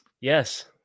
Yes